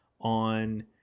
on